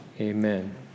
amen